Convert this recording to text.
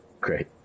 Great